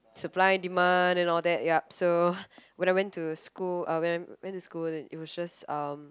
supply and demand and all that yup so when I went to school when I went to school it was just um